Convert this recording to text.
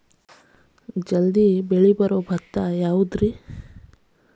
ಜಲ್ದಿ ಬೆಳಿಯೊ ಭತ್ತ ಯಾವುದ್ರೇ?